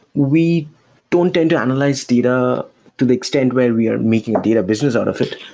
we don't tend to analyze data to the extent where we are making data business out of it.